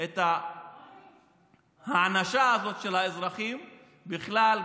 את ההענשה הזאת של האזרחים בכלל,